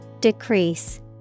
Decrease